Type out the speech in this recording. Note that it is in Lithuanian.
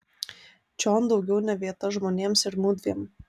čion daugiau ne vieta žmonėms ir mudviem